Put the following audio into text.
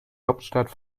hauptstadt